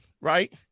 right